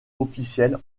officiel